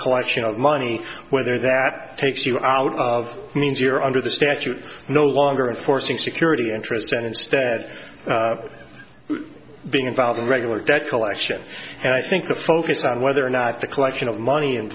collection of money whether that takes you out of means you're under the statute no longer enforcing security interests and instead of being involved in a regular guy collection and i think the focus on whether or not the collection of money